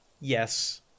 yes